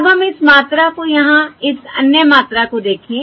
अब हम इस मात्रा को यहाँ इस अन्य मात्रा को देखें